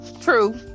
True